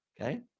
Okay